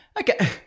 Okay